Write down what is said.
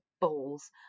balls